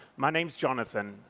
my name's jonathan,